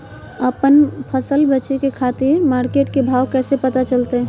आपन फसल बेचे के खातिर मार्केट के भाव कैसे पता चलतय?